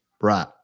Right